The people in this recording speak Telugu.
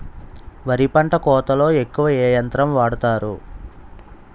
వరి పంట కోతలొ ఎక్కువ ఏ యంత్రం వాడతారు?